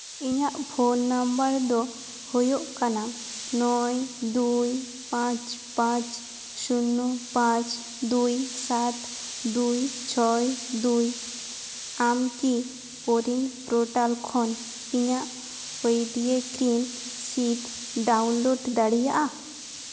ᱤᱧᱟᱹᱜ phone number ᱫᱚ ᱦᱩᱭᱩᱜ ᱠᱟᱱᱟ ᱱᱚᱭ ᱫᱩᱭ ᱯᱟᱸᱪ ᱯᱟᱸᱪ ᱥᱩᱱᱱᱚ ᱯᱟᱸᱪ ᱫᱩᱭ ᱥᱟᱛ ᱫᱩᱭ ᱪᱷᱚᱭ ᱫᱩᱭ ᱟᱢ ᱠᱤ ᱠᱳᱣᱤᱱ ᱯᱨᱚᱴᱟᱞ ᱠᱷᱚᱱ ᱤᱧᱟᱹᱜ ᱠᱳᱭᱤᱰᱤᱭᱮ ᱠᱨᱤᱱ ᱥᱤᱫᱽ ᱰᱟᱣᱩᱱ ᱫᱟᱲᱮᱭᱟᱜᱼᱟ